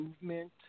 movement